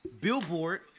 Billboard